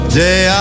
day